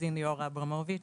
עורכת הדין ליאורה אברמוביץ,